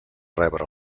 rebre